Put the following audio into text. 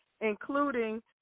including